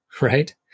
right